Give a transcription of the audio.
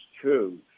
true